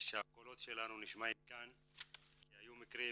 שהקולות שלנו נשמעים כאן כי היו מקרים